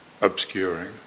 obscuring